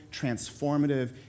transformative